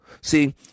See